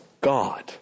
God